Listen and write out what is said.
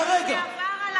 אנשים שעבדו,